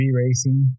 racing